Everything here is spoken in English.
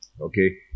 Okay